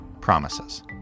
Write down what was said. promises